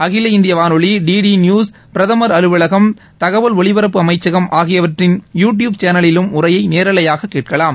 அகில இந்திய வானொலி டிடி நியூஸ் பிரதமர் அலுவலகம் தகவல் ஒலிபரப்பு அமைச்சகம் ஆகியவற்றின் யூ டியூப் சேனலிலும் உரையை நேரலையாக கேட்கலாம்